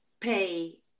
pay